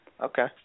Okay